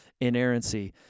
inerrancy